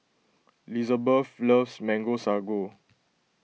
Lizbeth loves Mango Sago